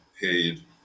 paid